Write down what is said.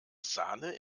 sahne